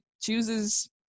chooses